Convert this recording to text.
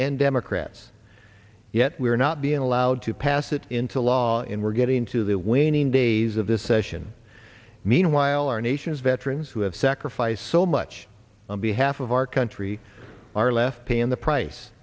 and democrats yet we are not being allowed to pass it into law in we're getting to the winning days of this session meanwhile our nation's veterans who have sacrificed so much on behalf of our country are left paying the price